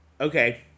Okay